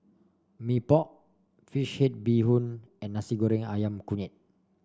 Mee Pok Fish Head Bee Hoon and Nasi Goreng ayam Kunyit